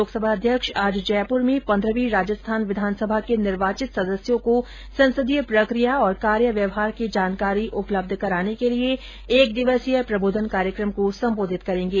लोकसभा अध्यक्ष आज जयपुर में पंद्रहवीं राजस्थान विधानसभा के निर्वाचित सदस्यों को संसदीय प्रक्रिया और कार्य व्यवहार की जानकारी उपलब्ध कराने के लिए एक दिवसीय प्रबोधन कार्यक्रम को संबोधित करेंगे